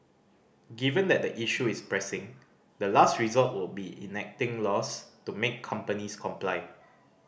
given that the issue is pressing the last resort would be enacting laws to make companies comply